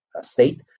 state